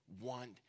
want